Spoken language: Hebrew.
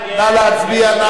נא להצביע.